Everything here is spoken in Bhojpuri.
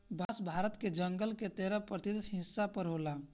बांस भारत के जंगल के तेरह प्रतिशत हिस्सा पर होला